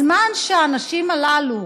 הזמן שהאנשים הללו,